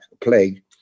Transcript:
Plague